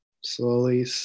slowly